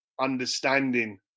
understanding